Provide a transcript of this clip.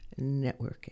networking